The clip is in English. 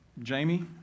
Jamie